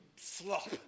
Slop